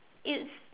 it's